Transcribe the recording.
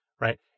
right